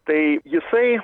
tai jisai